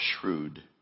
shrewd